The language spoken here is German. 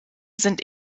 sind